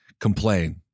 complain